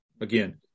Again